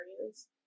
areas